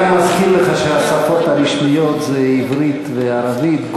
אני גם מזכיר לך שהשפות הרשמיות הן עברית וערבית.